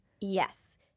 yes